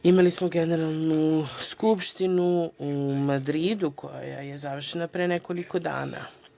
Imali smo i Generalnu skupštinu u Madridu, koja je završena pre nekoliko dana.